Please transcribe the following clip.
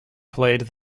played